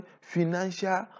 financial